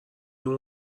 اون